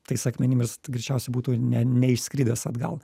tais akmenimis tai greičiausiai būtų ne neišskridęs atgal